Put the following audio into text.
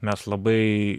mes labai